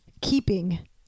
Keeping